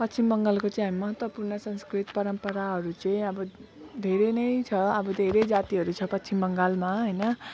पश्चिम बङ्गालको चाहिँ अब महत्त्वपूर्ण संस्कृति परम्पराहरू चाहिँ अब धेरै नै छ अब धेरै जातिहरू छ पश्चिम बङ्गालमा होइन